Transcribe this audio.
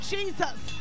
Jesus